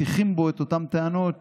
מטיחים בו את אותן טענות